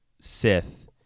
sith